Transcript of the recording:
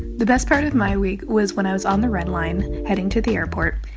the best part of my week was when i was on the red line heading to the airport,